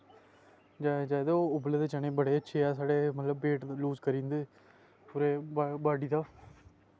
जादै जादै उब्बले दे चने बड़े अच्छे ऐ मतलव साढ़े वेट लूज़ करी जंदे पूरे बॉड्डी दा